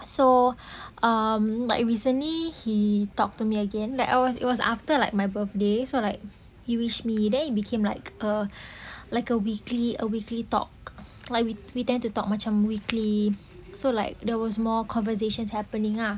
so um like recently he talk to me again like I was it was after like my birthday so like he wish me then became like a like a weekly a weekly talk like we we tend to talk macam weekly so like there was more conversations happening ah